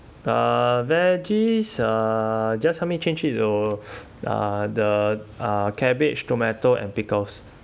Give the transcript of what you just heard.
uh veggies uh just help me change it to uh the uh cabbage tomato and pickles